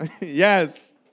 Yes